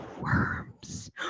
worms